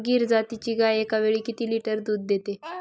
गीर जातीची गाय एकावेळी किती लिटर दूध देते?